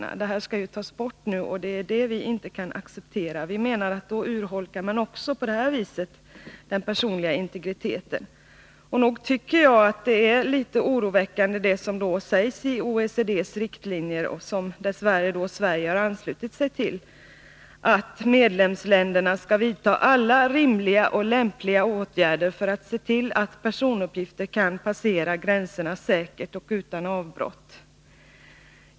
Denna bestämmelse skall nu tas bort, och det kan vi inte acceptera, eftersom den personliga integriteten urholkas. Det som sägs i OECD:s riktlinjer, som Sverige dess värre har anslutit sig till, är litet oroväckande, nämligen att medlemsländerna skall vidta alla rimliga och lämpliga åtgärder för att se till att personuppgifter kan passera gränserna säkert och utan avbrott.